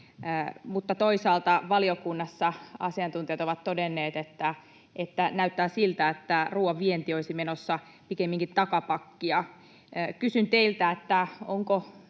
mutta toisaalta valiokunnassa asiantuntijat ovat todenneet, että näyttää siltä, että ruuan vienti olisi menossa pikemminkin takapakkia. Kysyn teiltä, ministeri: onko